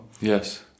Yes